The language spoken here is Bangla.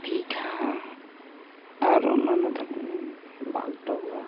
দীঘা আর অন্যান্য ধরনের বাগডোগরা